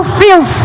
feels